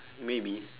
maybe